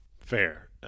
Fair